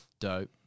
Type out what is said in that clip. dope